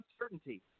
uncertainty